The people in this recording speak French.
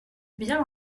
bien